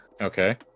Okay